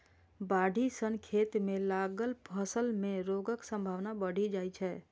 बाढ़ि सं खेत मे लागल फसल मे रोगक संभावना बढ़ि जाइ छै